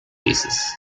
cases